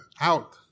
out